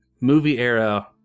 movie-era